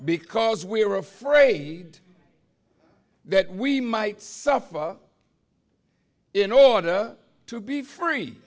because we were afraid that we might suffer in order to be free